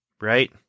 right